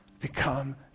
become